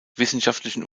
wissenschaftlichen